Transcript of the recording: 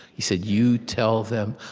he said, you tell them,